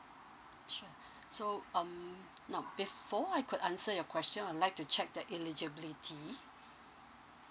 sure so um now before I could answer your question I'd like to check that eligibility